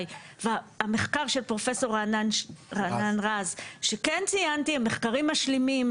והמחקר של פרופסור רענן רז שכן ציינתי הם מחקרים משלימים,